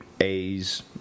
A's